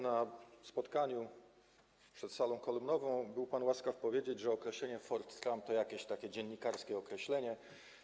Na spotkaniu przed salą kolumnową był pan łaskaw powiedzieć, że określenie Fort Trump jest dziennikarskim określeniem.